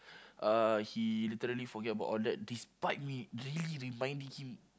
uh he literally forget about all that despite me really reminding him